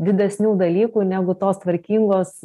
didesnių dalykų negu tos tvarkingos